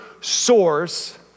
source